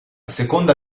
seconda